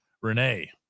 Renee